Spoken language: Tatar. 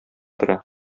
тора